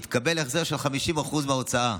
יתקבל החזר של 50% מההוצאה.